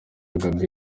gaby